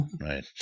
right